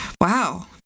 Wow